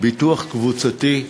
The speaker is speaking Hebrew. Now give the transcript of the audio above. ביטוח קבוצתי,